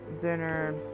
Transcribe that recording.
dinner